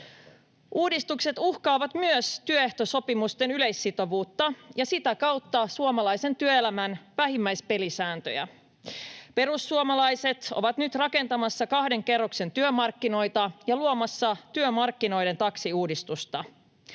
Uudistukset uhkaavat myös työehtosopimusten yleissitovuutta ja sitä kautta suomalaisen työelämän vähimmäispelisääntöjä. Perussuomalaiset ovat nyt rakentamassa kahden kerroksen työmarkkinoita ja luomassa "työmarkkinoiden taksiuudistusta".